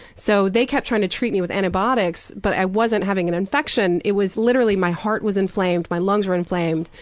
so they kept trying to treat me with antibiotics but i wasn't having an infection, it was literally my heart was inflamed, my lungs were inflamed.